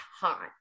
hot